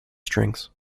strings